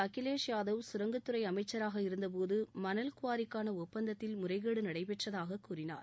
அகிலேஷ் யாதவ் கரங்கத்துறை அமைசச்சராக இருந்தபோது மணல் குவாரிக்கான ஒப்பந்தத்தில் முறைகேடு நடைபெற்றதாக கூறினார்